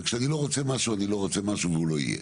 וכשאני לא רוצה משהו אני לא רוצה משהו והוא לא יהיה,